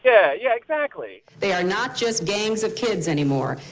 yeah, yeah exactly they are not just gangs of kids anymore.